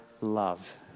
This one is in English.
love